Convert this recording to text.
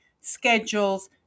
schedules